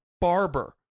barber